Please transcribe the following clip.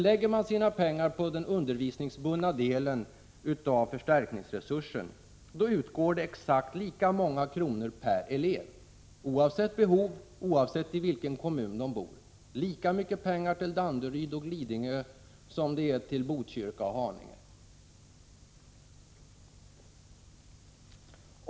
Lägger man pengarna på den undervisningsbundna delen av förstärkningsresursen utgår det exakt lika många kronor per elev oavsett behov och oavsett i vilken kommun man bor, dvs. lika mycket pengar till Danderyd och Lidingö som till Botkyrka och Haninge.